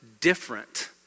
different